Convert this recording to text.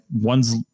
ones